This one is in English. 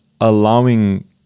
allowing